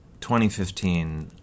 2015